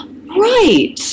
right